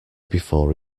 before